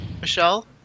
Michelle